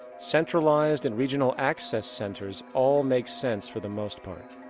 centralized and regional access centers all make sense for the most part,